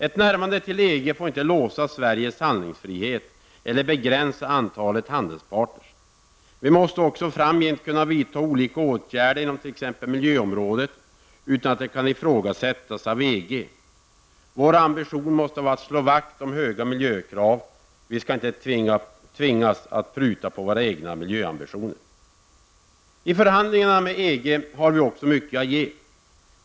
Ett närmande till EG får inte låsa Sveriges handlingsfrihet eller begränsa antalet handelspartners. Vi måste även framgent kunna vidta olika åtgärder inom t.ex. miljöområdet utan att det kan ifrågasättas av EG. Vår ambition måste vara att slå vakt om höga miljökrav. Vi skall inte tvingas pruta på våra egna miljöambitioner. I förhandlingarna med EG har vi också mycket att ge.